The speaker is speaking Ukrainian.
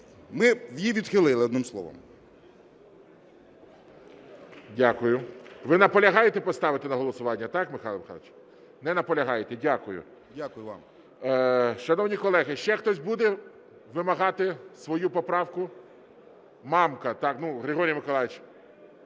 Ми її відхилили одним словом.